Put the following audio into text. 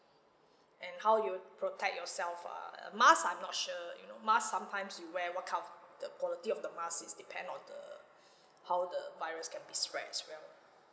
and how you protect yourself ah mask I'm not sure you know mask sometimes you wear what kind of the quality of the mask is depend on the how the virus can be spread as well